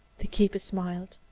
the keeper smiled.